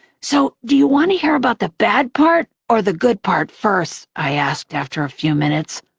so, do you want to hear about the bad part or the good part first? i asked after a few minutes,